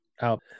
out